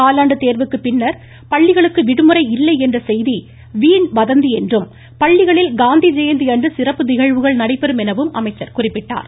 காலாண்டு தேர்வுக்கு பின்னர் பள்ளிகளுக்கு விடுமுறை இல்லை என்ற செய்தி வீண் வதந்தி என்றும் பள்ளிகளில் காந்தி ஜெயந்தி அன்று சிறப்பு நிகழ்வுகள் நடைபெறும் எனவும் அமைச்சர் குறிப்பிட்டார்